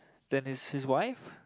then his his wife